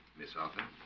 miss arthur